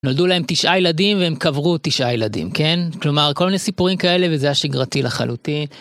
נולדו להם תשעה ילדים והם קברו תשעה ילדים, כן?, כלומר כל מיני סיפורים כאלה וזה השגרתי לחלוטין.